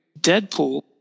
Deadpool